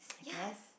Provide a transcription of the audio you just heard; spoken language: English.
ya